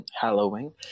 Halloween